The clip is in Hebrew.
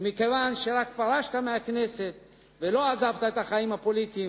ומכיוון שרק פרשת מהכנסת ולא עזבת את החיים הפוליטיים,